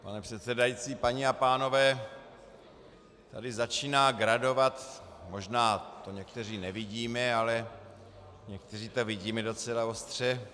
Pane předsedající, paní a pánové, tady to začíná gradovat, možná to někteří nevidíme, ale někteří to vidíme docela ostře.